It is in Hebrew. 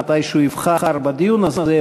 מתי שיבחר בדיון הזה,